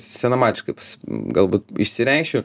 senamadiškai galbūt išsireikšiu